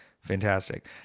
Fantastic